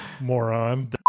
Moron